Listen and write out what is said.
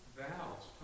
vows